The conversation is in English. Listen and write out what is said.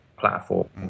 Platform